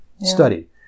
study